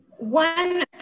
One